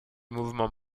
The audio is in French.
mouvement